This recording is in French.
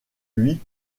lui